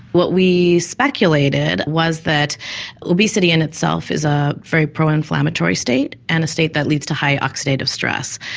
what we speculated was that obesity in itself is a very pro-inflammatory state and a state that leads to high oxidative stress.